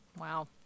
Wow